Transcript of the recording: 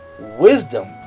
wisdom